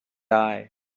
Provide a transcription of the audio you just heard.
die